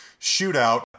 shootout